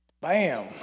Bam